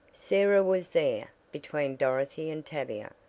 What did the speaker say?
sarah was there, between dorothy and tavia,